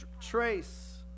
Trace